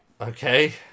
Okay